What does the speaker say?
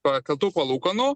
pakeltų palūkanų